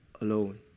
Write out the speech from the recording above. alone